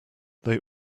they